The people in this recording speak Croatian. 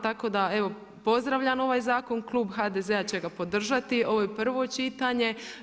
Tako da evo pozdravljam ovaj zakon, klub HDZ-a će ga podržati, ovo je prvo čitanje.